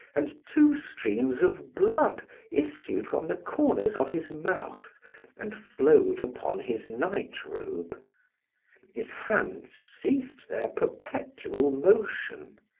and two streams of blood issued from the corners of his mouth and flowed upon his night robe his hands ceased their perpetual motion